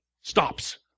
stops